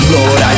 Lord